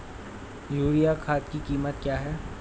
Urea खाद की कीमत क्या है?